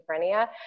schizophrenia